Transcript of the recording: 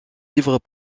livres